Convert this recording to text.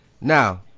Now